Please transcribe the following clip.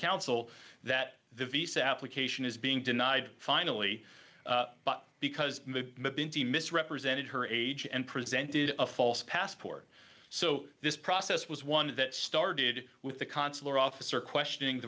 counsel that the visa application is being denied finally but because the bindy misrepresented her age and presented a false passport so this process was one that started with the consular officer questioning